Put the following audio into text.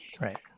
Right